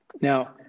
Now